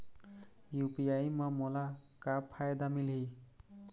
UPI म मोला का फायदा मिलही?